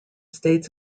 states